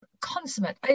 consummate